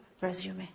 resume